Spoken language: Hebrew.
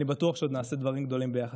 אני בטוח שעוד נעשה דברים גדולים ביחד.